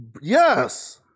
Yes